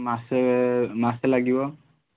ମାସେ ମାସେ ଲାଗିବ